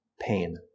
pain